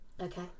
Okay